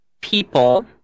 people